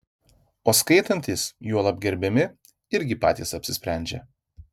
o skaitantys juolab gerbiami irgi patys apsisprendžia